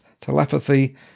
telepathy